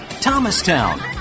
Thomastown